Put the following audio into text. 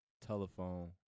Telephone